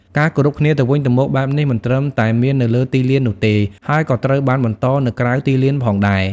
ការគោរពគ្នាទៅវិញទៅមកបែបនេះមិនត្រឹមតែមាននៅលើទីលាននោះទេ ហើយក៏ត្រូវបានបន្តនៅក្រៅទីលានផងដែរ។